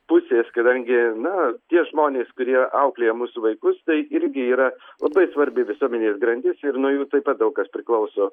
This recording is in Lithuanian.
pusės kadangi na tie žmonės kurie auklėja mūsų vaikus tai irgi yra labai svarbi visuomenės grandis ir nuo jų taip pat daug kas priklauso